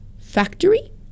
Factory